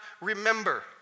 remember